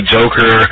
Joker